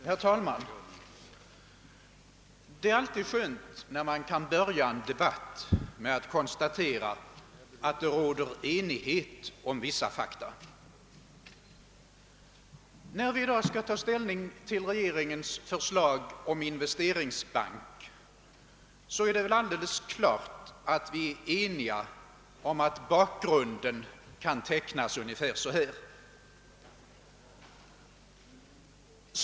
Herr talman! Det är alltid skönt när man kan börja en debatt med att konstatera att det råder enighet om vissa fakta. När vi i dag skall ta ställning till regeringens förslag om investeringsbank, är vi helt eniga om att bakgrunden kan tecknas på ungefär följande sätt.